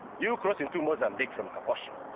you cross into mozambique from kaposhi.